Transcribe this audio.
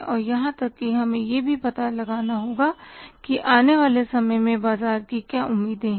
और यहां तक कि हमें यह भी पता लगाना होगा कि आने वाले समय में बाजार की क्या उम्मीदें हैं